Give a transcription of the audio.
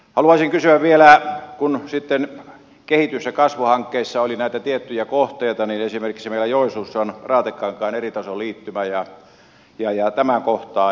haluaisin kysyä vielä kun kehitys ja kasvuhankkeissa oli näitä tiettyjä kohteita ja esimerkiksi meillä joensuussa on raatekankaan eritasoliittymä tästä kohteesta